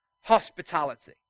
hospitality